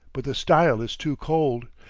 but the style is too cold.